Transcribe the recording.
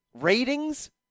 ratings